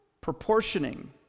proportioning